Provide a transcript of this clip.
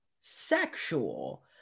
sexual